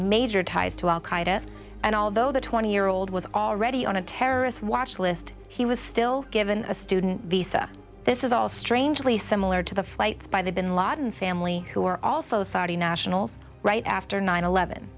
major ties to al qaeda and although the twenty year old was already on a terrorist watch list he was still given a student visa this is all strangely similar to the flights by the bin laden family who were also saudi nationals right after nine eleven